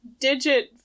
digit